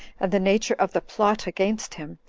and the nature of the plot against him,